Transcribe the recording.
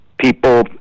people